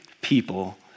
people